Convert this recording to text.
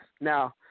Now